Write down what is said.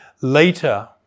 Later